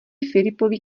filipovi